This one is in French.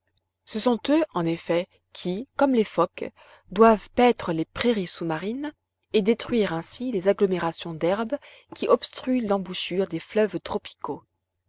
ce sont eux en effet qui comme les phoques doivent paître les prairies sous-marines et détruire ainsi les agglomérations d'herbes qui obstruent l'embouchure des fleuves tropicaux